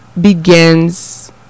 begins